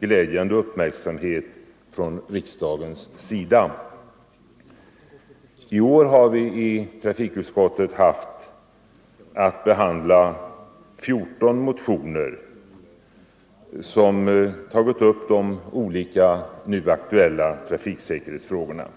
glädjande uppmärksamhet från riksdagens sida. I år har vi i trafikutskottet haft att behandla 14 motioner som tagit upp de olika nu aktuella trafiksäkerhetsfrågorna.